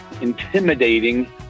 intimidating